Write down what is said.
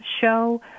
show